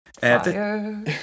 Fire